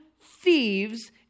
thieves